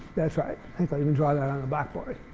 that's right. i think i'll even draw that on the blackboard.